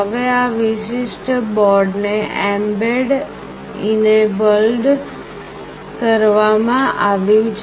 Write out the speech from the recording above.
હવે આ વિશિષ્ટ બોર્ડ ને mbed enabled કરવામાં આવ્યું છે